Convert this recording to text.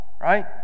right